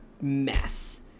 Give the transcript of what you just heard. mess